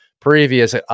previous